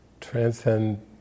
transcend